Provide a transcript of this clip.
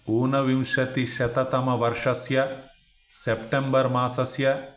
ऊनविंशतिशततमवर्षस्य September मासस्य